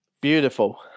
Beautiful